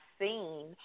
seen